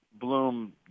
bloom